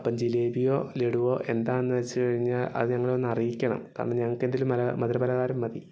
അപ്പം ജിലേബിയോ ലഡുവോ എന്താന്ന് വച്ച് കഴിഞ്ഞാൽ അത് ഞങ്ങളെയൊന്ന് അറിയിക്കണം കാരണം ഞങ്ങൾക്ക് എന്തെങ്കിലും മ മധുരപലഹാരം മതി